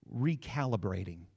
recalibrating